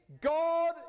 God